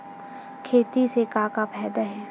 खेती से का का फ़ायदा हे?